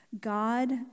God